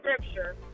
scripture